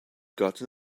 gotten